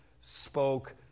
spoke